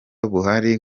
buhari